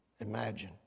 imagine